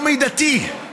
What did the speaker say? זה לא מידתי.